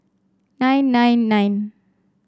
nine nine nine